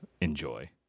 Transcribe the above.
enjoy